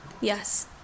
Yes